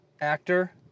actor